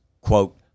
quote